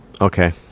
Okay